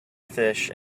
fish